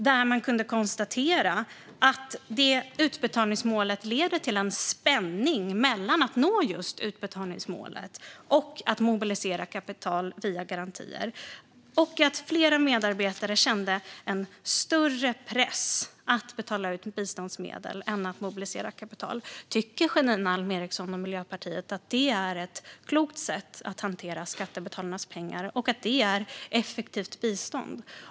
Där konstaterades att utbetalningsmålet leder till en spänning mellan att nå utbetalningsmålet och att mobilisera kapital via garantier samt att flera medarbetare kände en större press på att betala ut biståndsmedel än på att mobilisera kapital. Tycker Janine Alm Ericson och Miljöpartiet att detta är ett klokt sätt att hantera skattebetalarnas pengar och att det är effektivt bistånd?